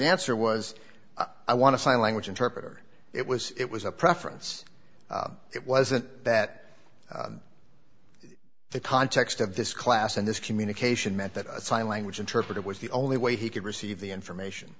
answer was i want to sign language interpreter it was it was a preference it wasn't that the context of this class and this communication meant that a sign language interpreter was the only way he could receive the information